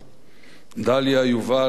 דליה, יובל, רחל,